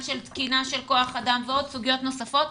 של תקינה של כוח אדם ועוד סוגיות נוספות.